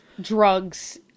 drugs